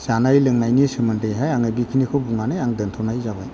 जानाय लोंनायनि सोमोन्दैहाय आङो बेखिनिखौ बुंनानै आं दोनथ'नाय जाबाय